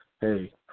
hey